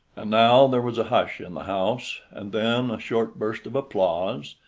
and now there was a hush in the house, and then a short burst of applause,